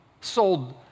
Sold